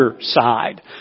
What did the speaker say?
side